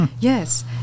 Yes